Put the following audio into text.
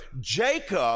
Jacob